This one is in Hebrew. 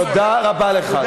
תודה רבה לך.